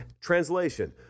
Translation